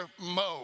mode